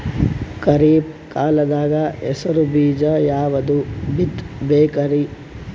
ಖರೀಪ್ ಕಾಲದಾಗ ಹೆಸರು ಬೀಜ ಯಾವದು ಬಿತ್ ಬೇಕರಿ?